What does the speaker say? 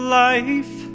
life